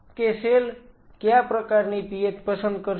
કે સેલ કયા પ્રકારની pH પસંદ કરશે